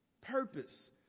Purpose